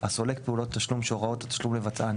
הסולק פעולות תשלום שהוראות התשלום לבצען